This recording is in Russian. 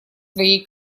своей